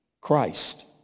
Christ